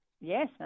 Yes